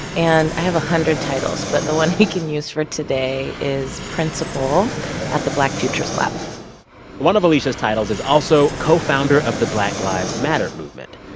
and i have a hundred titles, but the one we can use for today is principal at the black futures lab one of alicia's titles is also co-founder of the black lives matter movement,